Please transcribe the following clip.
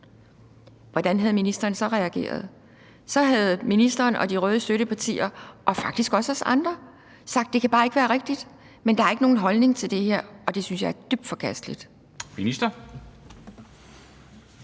hvordan havde ministeren så reageret? Så havde ministeren og de røde støttepartier – og faktisk også os andre – sagt: Det kan bare ikke være rigtigt. Men der er jo ikke nogen holdning til det her, og det synes jeg er dybt forkasteligt. Kl.